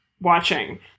watching